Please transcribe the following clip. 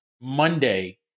Monday